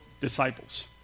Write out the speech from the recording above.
disciples